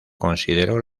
consideró